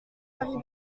marie